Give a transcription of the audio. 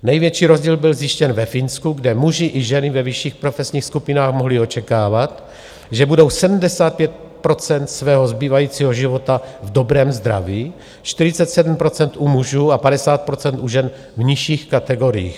Největší rozdíl byl zjištěn ve Finsku, kde muži i ženy ve vyšších profesních skupinách mohli očekávat, že budou 75 % svého zbývajícího života v dobrém zdraví, 47 % u mužů a 50 % u žen v nižších kategoriích.